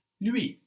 lui